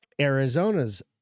Arizona's